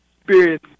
Spirit